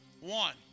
One